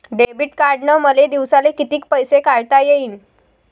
Debit कार्डनं मले दिवसाले कितीक पैसे काढता येईन?